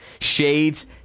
shades